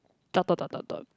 dot dot dot dot dot